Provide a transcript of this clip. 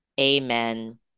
Amen